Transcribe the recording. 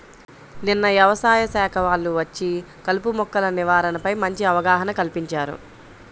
నిన్న యవసాయ శాఖ వాళ్ళు వచ్చి కలుపు మొక్కల నివారణపై మంచి అవగాహన కల్పించారు